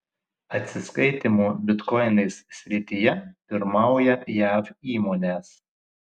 atsiskaitymų bitkoinais srityje pirmauja jav įmonės